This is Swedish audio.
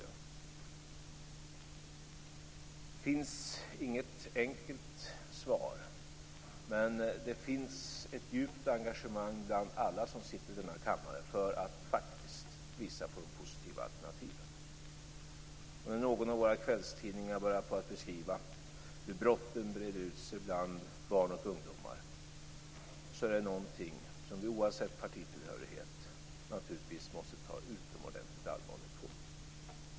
Det finns inget enkelt svar, men det finns ett djupt engagemang bland alla som sitter i denna kammare för att faktiskt visa på de positiva alternativen. När någon av våra kvällstidningar börjar beskriva hur brotten breder ut sig bland barn och ungdomar är det något som vi, oavsett partitillhörighet, naturligtvis måste ta utomordentligt allvarligt på.